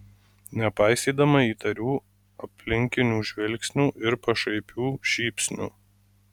nepaisydama įtarių aplinkinių žvilgsnių ir pašaipių šypsnių